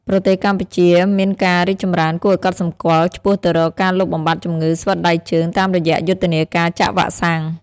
ប្រទេសកម្ពុជាមានការរីកចម្រើនគួរឱ្យកត់សម្គាល់ឆ្ពោះទៅរកការលុបបំបាត់ជំងឺស្វិតដៃជើង តាមរយៈយុទ្ធនាការចាក់វ៉ាក់សាំង។